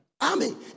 Amen